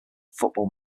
football